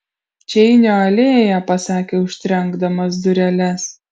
čeinio alėja pasakė užtrenkdamas dureles